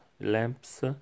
lamps